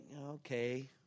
okay